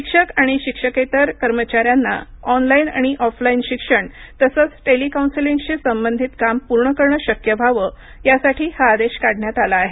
शिक्षक आणि शिक्षकेतर कर्मचाऱ्यांना ऑनलाईन आणि ऑफलाईन शिक्षण तसंच टेलिकौन्सेलिंगशी संबंधित काम पूर्ण करणं शक्य व्हावं यासाठी हा आदेश काढण्यात आला आहे